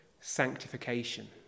sanctification